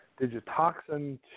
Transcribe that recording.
digitoxin